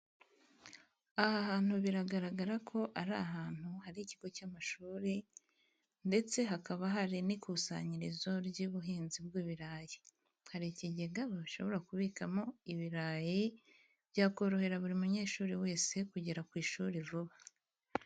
Aha hantu biragaragara ko ari ahantu hari ikigo cy'amashuri ndetse hakaba hari n'ikusanyirizo ry'ubuhinzi bw'ibirayi, hari ikigega bashobora kubikamo ibirayi byakorohera buri munyeshuri wese kugera ku ishuri vuba.